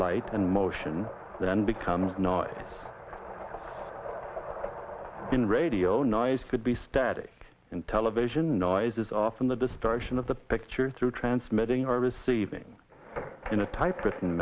light and motion then becomes noise in radio nies could be static in television noises off in the distortion of the picture through transmitting are receiving in a typewritten